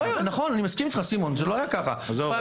אני מסכים, זה לא היה כך בעבר.